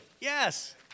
Yes